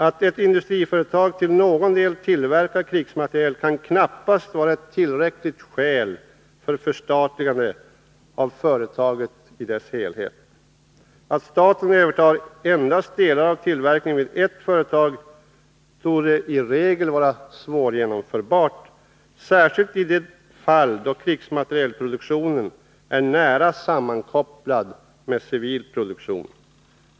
Att ett industriföretag till någon del tillverkar krigsmateriel kan knappast vara ett tillräckligt skäl för förstatligande av företaget i dess helhet. Att staten övertar endast delar av tillverkningen vid ett företag torde i regel vara svårgenomförbart, särskilt i de fall då krigsmaterielproduktionen är nära sammankopplad med civil produktion.